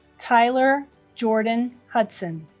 tyler jordon hudson